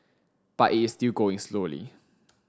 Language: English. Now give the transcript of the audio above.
but it is still going slowly